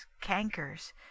cankers